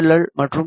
L மற்றும் we